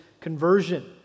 conversion